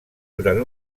durant